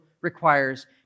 requires